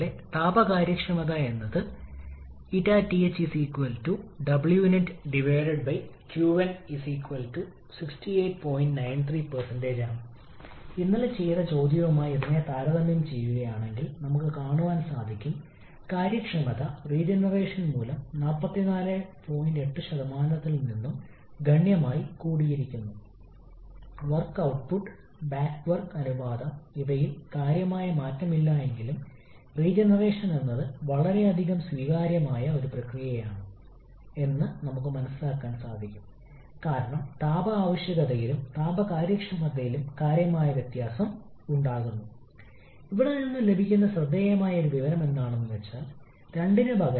ഇപ്പോൾ രണ്ടാമത്തെ നിയമം പിന്തുടർന്ന് ടിഡിഎസ് ബന്ധം നൽകുന്ന ഒന്ന് ഉണ്ടായിരുന്നുവെന്ന് നമുക്കറിയാം 𝑇𝑑𝑆 𝑑ℎ − 𝑣𝑑𝑃 ഇപ്പോൾ നമ്മൾ ഇത് ഒരു ഐസന്റ്രോപിക് കംപ്രഷൻ അല്ലെങ്കിൽ വിപുലീകരണ പ്രക്രിയയിൽ പ്രയോഗിക്കുകയാണെങ്കിൽ നമുക്കറിയാം ഐസന്റ്രോപിക് സ്വഭാവം കാരണം ds എന്നത് 0 ന് തുല്യമാണ് 𝑑ℎ 𝑣𝑑𝑃 ഇപ്പോൾ നമ്മൾ ഉപയോഗിച്ച തെർമോഡൈനാമിക്സിന്റെ ആദ്യ നിയമത്തിന്റെ രൂപത്തെക്കുറിച്ച് ചിന്തിക്കുക ഇന്നലെ